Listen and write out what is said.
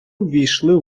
ввійшли